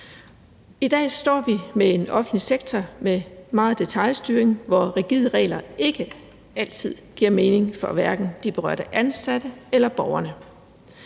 I dag står vi med en offentlig sektor med meget detailstyring, hvor rigide regler ikke altid giver mening, hverken for de berørte ansatte eller for borgerne.